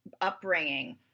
upbringing